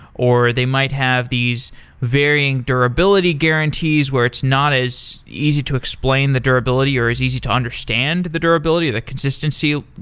or they might have these varying durability guarantees where it's not as easy to explain the durability, or is easy to understand the durability, the consistency